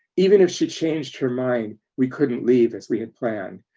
even if she changed her mind we couldn't leave as we had planned.